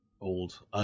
Old